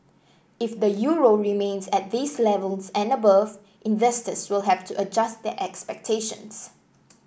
if the euro remains at these levels and above investors will have to adjust their expectations